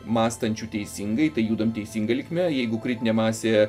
mąstančių teisingai tai judam teisinga linkme jeigu kritinė masė